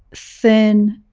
thin,